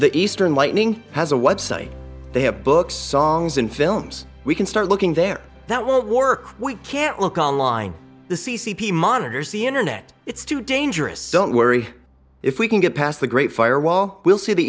the eastern lightning has a website they have books songs and films we can start looking there that won't work we can't look online the c c p monitors the internet it's too dangerous don't worry if we can get past the great firewall we'll see the